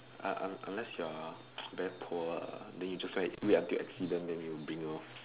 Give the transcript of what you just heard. ah ah unless you are very poor lah then you just wait until accident then you bring lor